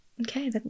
Okay